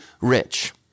rich